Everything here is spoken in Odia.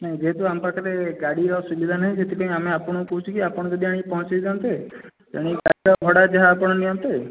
ଯେହେତୁ ଆମ ପାଖରେ ଗାଡ଼ିର ସୁବିଧା ନାହିଁ ସେଥିପାଇଁ ଆମେ ଆପଣଙ୍କୁ କହୁଛୁ କି ଆପଣ ଯଦି ଆଣି ପହଞ୍ଚାଇଦିଅନ୍ତେ ତେଣିକି ଗାଡ଼ିର ଭଡ଼ା ଯାହା ଆପଣ ନିଅନ୍ତେ